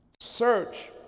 Search